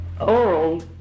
oral